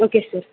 okay sir